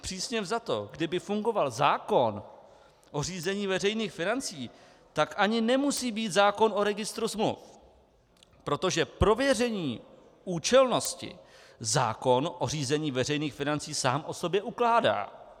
Přísně vzato, kdyby fungoval zákon o řízení veřejných financí, tak ani nemusí být zákon o registru smluv, protože prověření účelnosti zákon o řízení veřejných financí sám o sobě ukládá.